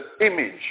image